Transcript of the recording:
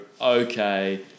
okay